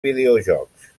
videojocs